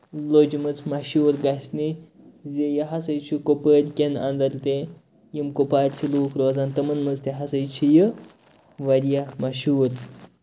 لٔجمٕژ مَشہوٗر گژھِنہِ زِ یہِ ہسا چھُ کۄپووٗر کٮ۪ن اَندر تہِ یِم کۄپوارِ چھِ لُکھ روزان تِمَن منٛز تہِ ہسا چھِ یہِ واریاہ مَشہوٗر